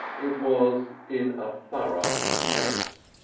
it was in a thorough mess.